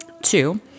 Two